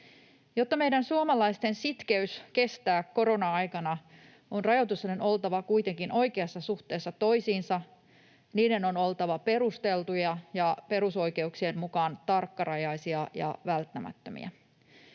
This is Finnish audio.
Jotta meidän suomalaisten sitkeys kestää korona-aikana, on rajoitusten oltava kuitenkin oikeassa suhteessa toisiinsa, niiden on oltava perusteltuja ja perusoikeuksien mukaan tarkkarajaisia ja välttämättömiä.